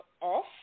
off